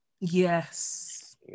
Yes